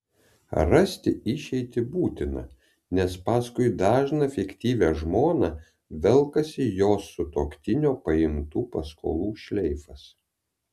rasti išeitį būtina nes paskui dažną fiktyvią žmoną velkasi jos sutuoktinio paimtų paskolų šleifas